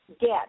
get